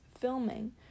filming